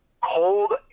cold